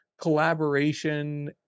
collaboration